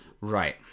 right